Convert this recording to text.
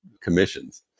commissions